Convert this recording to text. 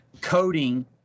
coding